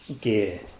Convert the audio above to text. gear